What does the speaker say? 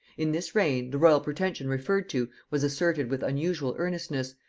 in this reign, the royal pretension referred to, was asserted with unusual earnestness,